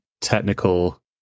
technical